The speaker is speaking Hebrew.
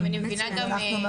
אם אני מבינה גם מלינור,